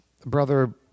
Brother